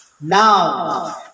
Now